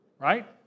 right